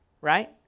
right